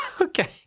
Okay